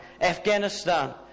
Afghanistan